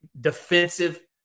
defensive